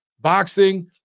Boxing